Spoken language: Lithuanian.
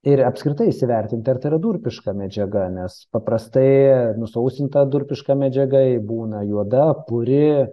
ir apskritai įsivertinti ar tai yra durpiška medžiaga nes paprastai nusausinta durpiška medžiaga ji būna juoda puri